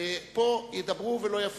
פה ידברו ולא יפריעו.